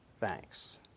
thanks